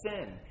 sin